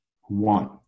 One